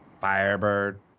Firebird